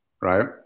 right